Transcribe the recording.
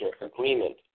agreement